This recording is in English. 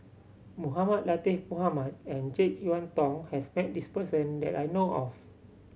Mohamed Latiff Mohamed and Jek Yeun Thong has met this person that I know of